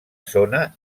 zona